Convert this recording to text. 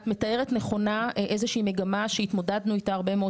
את מתארת נכונה איזושהי מגמה שהתמודדנו איתה הרבה מאוד